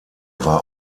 war